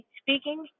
speaking